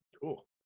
Cool